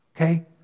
okay